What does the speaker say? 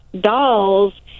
dolls